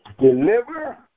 deliver